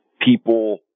people